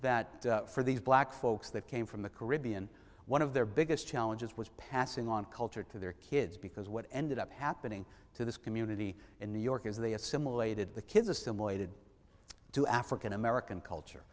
that for these black folks that came from the caribbean one of their biggest challenges was passing on culture to their kids because what ended up happening to this community in new york is they assimilated the kids assimilated into african american culture